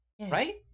Right